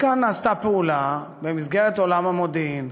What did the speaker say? כאן נעשתה פעולה, במסגרת עולם המודיעין,